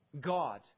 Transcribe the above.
God